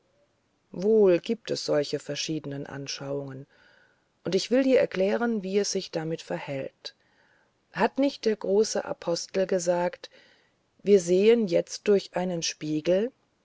wohl gibt es solche verschiedene anschauungen und ich will dir erklären wie es sich damit verhält hat nicht der große apostel gesagt wir sehen jetzt durch einen spiegel